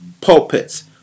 pulpits